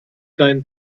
deinen